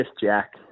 Jack